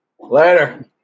Later